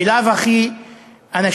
בלאו הכי אנשים